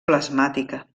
plasmàtica